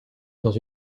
dans